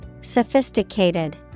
Sophisticated